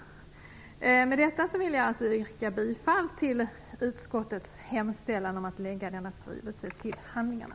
Med detta yrkar jag bifall till utskottets hemställan om att denna skrivelse läggs till handlingarna.